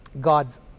God's